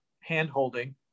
hand-holding